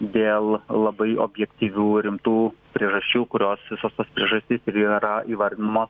dėl labai objektyvių rimtų priežasčių kurios visos tos priežastys ir yra įvardinamos